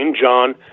John